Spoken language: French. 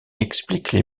expliquent